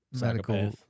medical